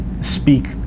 speak